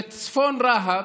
בצפון רהט,